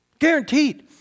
Guaranteed